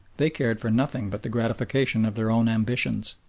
they cared for nothing but the gratification of their own ambitions.